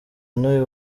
n’uyu